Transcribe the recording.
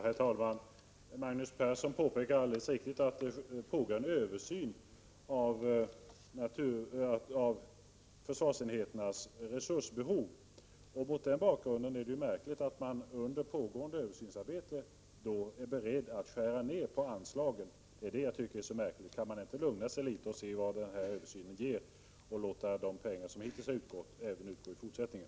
Herr talman! Magnus Persson påpekar alldeles riktigt att det pågår en översyn av försvarsenheternas resursbehov. Mot denna bakgrund är det märkligt att utskottsmajoriteten under pågående översynsarbete är beredd att skära ned anslagen. Det tycker jag är märkligt. Kan man inte lugna sig litet och se vad den här översynen ger, och låta de pengar som hittills utgått utgå även i fortsättningen.